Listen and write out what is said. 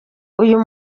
uyu